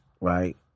right